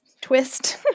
twist